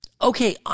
Okay